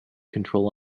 control